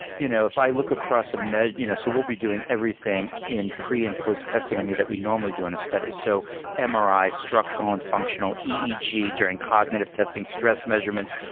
you know if i look across you know so we'll be doing everything in pre and post-testing on me that we'd normally do in a study. so and mri, structural and functional, eeg during cognitive testing, stress measurements,